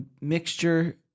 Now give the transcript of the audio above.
mixture